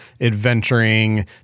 adventuring